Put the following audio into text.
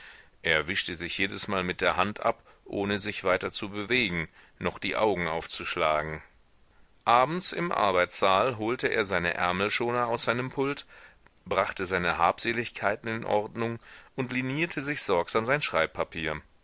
er wischte sich jedesmal mit der hand ab ohne sich weiter zu bewegen noch die augen aufzuschlagen abends im arbeitssaal holte er seine ärmelschoner aus seinem pult brachte seine habseligkeiten in ordnung und liniierte sich sorgsam sein schreibpapier